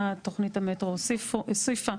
מה תוכנית המטרו הוסיפה.